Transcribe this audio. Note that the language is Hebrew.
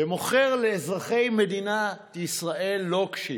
ומוכר לאזרחי מדינת ישראל לוקשים,